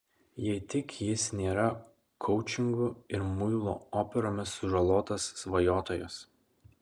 jei tik jis nėra koučingu ir muilo operomis sužalotas svajotojas